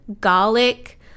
garlic-